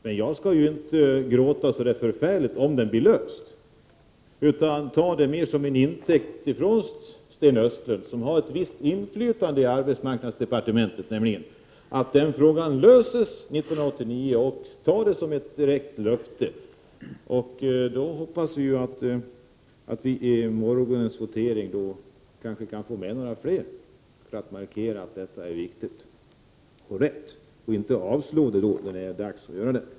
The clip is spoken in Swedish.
Men jag skall inte gråta om problemet blir löst. Jag tar det som ett uttalat löfte från Sten Östlund, som har ett visst inflytande i arbetsmarknadsdepartementet, att den frågan kommer att lösas under 1989. Jag hoppas då att vi vid morgondagens votering kan få med några fler på att markera att detta är viktigt och rätt. Därigenom beställer vi då en lösning av regeringen.